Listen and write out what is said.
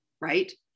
right